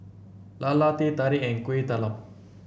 lala Teh Tarik and Kueh Talam